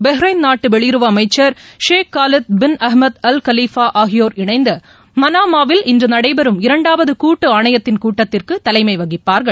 Bahrain நாட்டுவெளியுறவு அமைச்சர் Sheikh Khalid bin Ahmed Al காலிஃபாஆகியோர் இணைந்துமனாமாவில் இன்றுநடைபெறும் இரண்டாவதுகூட்டுஆணையத்தின் கூட்டத்திற்குதலைமைவகிப்பார்கள்